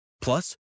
Plus